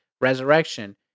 Resurrection